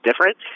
different